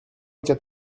vingt